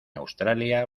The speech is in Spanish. australia